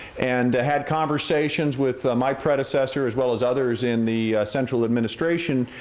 and had conversations with my predecessor as well as others in the central administration.